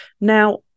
Now